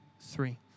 three